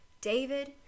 David